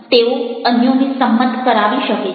તેઓ અન્યોને સંમત કરાવી શકે છે